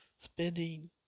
Spending